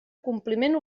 compliment